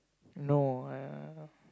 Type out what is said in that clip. no uh